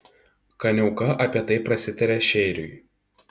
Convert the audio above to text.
kaniauka apie tai prasitarė šeiriui